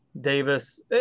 Davis